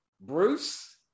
bruce